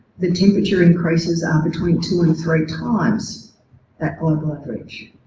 the temperature increases are between two and three times that global average.